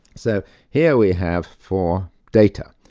so here we have four data.